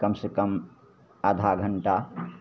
कम सँ कम आधा घण्टा